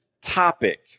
topic